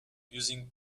using